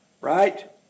right